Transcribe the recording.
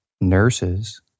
nurses